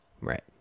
Right